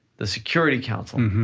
the security council,